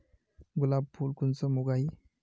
गुलाब फुल कुंसम उगाही?